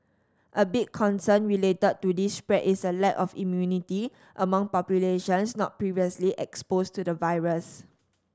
a big concern related to this spread is a lack of immunity among populations not previously exposed to the virus